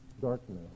Darkness